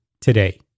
today